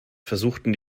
versuchten